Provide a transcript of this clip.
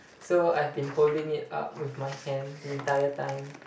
so I've been holding it up with my hand the entire time